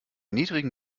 niedrigen